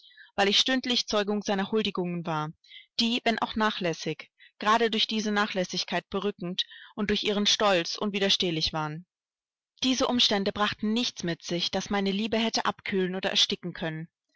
weil ich stündlich zeugin seiner huldigungen war die wenn auch nachlässig gerade durch diese nachlässigkeit berückend und durch ihren stolz unwiderstehlich waren diese umstände brachten nichts mit sich das meine liebe hätte abkühlen oder ersticken können